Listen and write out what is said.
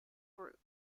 group